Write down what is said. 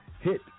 hit